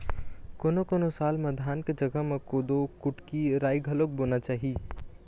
कोनों कोनों साल म धान के जघा म कोदो, कुटकी, राई घलोक बोना चाही